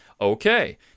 Okay